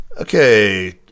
Okay